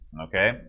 okay